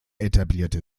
etablierte